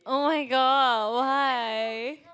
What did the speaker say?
oh my god why